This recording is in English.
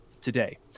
today